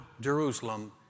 Jerusalem